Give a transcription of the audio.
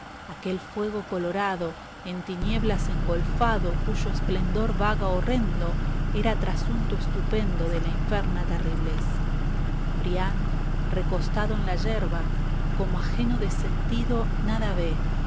aquel fuego colorado en tinieblas engolfado cuyo esplendor vaga horrendo era trasunto estupendo de la inferna terriblez brian recostado en la yerba como ajeno de sentido nada ve